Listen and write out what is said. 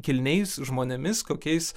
kilniais žmonėmis kokiais